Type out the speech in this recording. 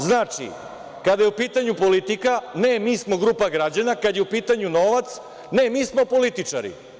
Znači, kada je u pitanju politika – ne, mi smo grupa građana, kad je u pitanju novac - ne, mi smo političari.